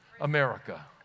America